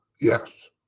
Yes